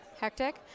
hectic